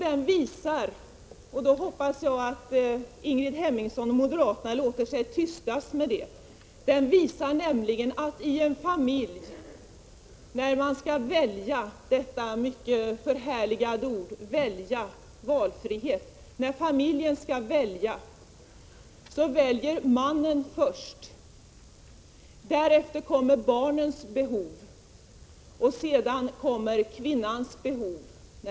Utredningen visar nämligen när det gäller arbetstid, och nu hoppas jag att Ingrid Hemmingsson och moderaterna låter sig tystas, att i en familj där man skall välja — detta förhärligade ord välja — väljer mannen först. Därefter kommer barnens behov, och sedan kommer kvinnans behov.